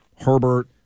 Herbert